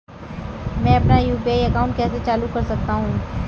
मैं अपना UPI account कैसे चालू कर सकता हूँ?